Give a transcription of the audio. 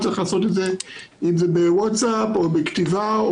צריך לעשות את זה אם בוואטסאפ או בכתיבה או